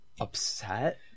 Upset